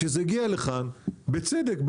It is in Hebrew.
וזה הגיע לכאן ובצדק,